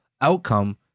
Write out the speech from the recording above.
outcome